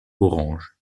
orange